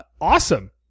Awesome